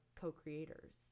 co-creators